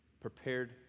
prepared